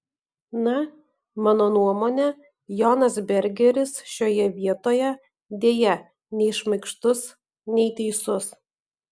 na mano nuomone jonas bergeris šioje vietoje deja nei šmaikštus nei teisus